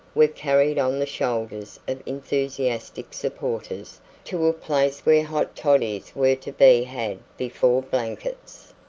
were carried on the shoulders of enthusiastic supporters to a place where hot toddies were to be had before blankets.